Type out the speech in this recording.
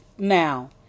Now